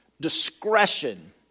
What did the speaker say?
discretion